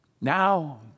now